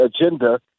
agenda